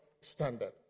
standard